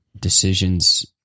decisions